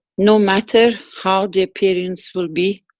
no matter how the appearance will be.